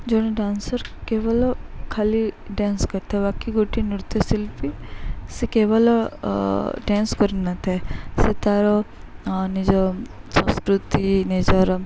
ଜଣେ ଡ୍ୟାନ୍ସର କେବଲ ଖାଲି ଡ୍ୟାନ୍ସ କରିଥାଏ ବାକି ଗୋଟିଏ ନୃତ୍ୟଶିଳ୍ପୀ ସେ କେବଲ ଡ୍ୟାନ୍ସ କରି ନଥାଏ ସେ ତାର ନିଜ ସଂସ୍କୃତି ନିଜର